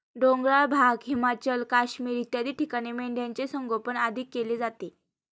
डोंगराळ भाग, हिमाचल, काश्मीर इत्यादी ठिकाणी मेंढ्यांचे संगोपन अधिक केले जाते